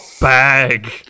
bag